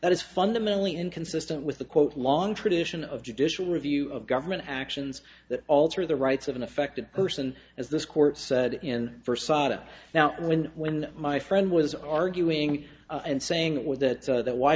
that is fundamentally inconsistent with the quote long tradition of judicial review of government actions that alter the rights of an affected person as this court said and for saga now when when my friend was arguing and saying with that that w